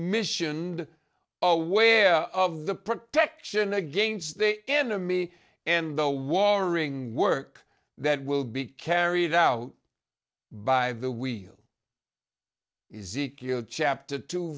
mission a way of the protection against the enemy and the warring work that will be carried out by the wheel chapter t